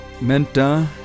Menta